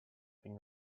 been